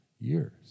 years